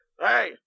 hey